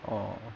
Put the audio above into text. orh